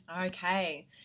Okay